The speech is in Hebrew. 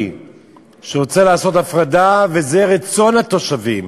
שרוצה לעשות הפרדה וזה רצון התושבים,